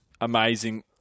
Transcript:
amazing